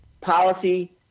policy